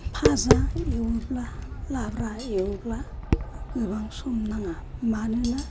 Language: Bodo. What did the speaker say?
फाजा एवोब्ला लाब्रा एवोब्ला गोबां सम नाङा मानोना